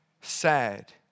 sad